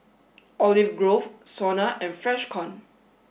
Olive Grove SONA and Freshkon